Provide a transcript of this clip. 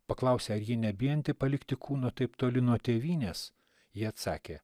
paklausė ar ji nebijanti palikti kūno taip toli nuo tėvynės ji atsakė